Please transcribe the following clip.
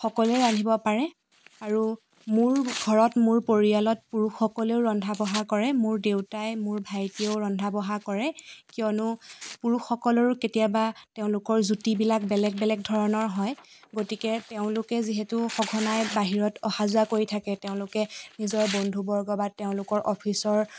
সকলোৱে ৰান্ধিব পাৰে আৰু মোৰ ঘৰত মোৰ পৰিয়ালত পুৰুষ সকলেও ৰন্ধা বঢ়া কৰে মোৰ দেউতাই মোৰ ভাইটিয়েও ৰন্ধা বঢ়া কৰে কিয়নো পুৰুষসকলৰো কেতিয়াবা তেওঁলোকৰ জুতিবিলাক বেলেগ বেলেগ ধৰণৰ হয় গতিকে তেওঁলোকে যিহেতু সঘনাই বাহিৰত অহা যোৱা কৰি থাকে তেওঁলোকে নিজৰ বন্ধুবৰ্গ বা তেওঁলোকৰ অফিচৰ